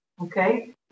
okay